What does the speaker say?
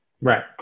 Right